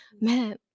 man